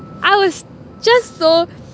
I was just so